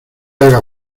haga